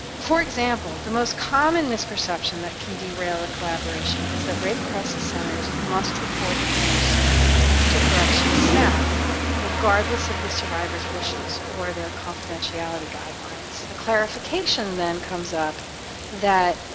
for example, the most common misperception that can derail a collaboration is that rape crisis centers must report abuse to corrections staff regardless of the survivor's wishes or their confidentiality guidelines. the clarification then comes up that